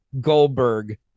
Goldberg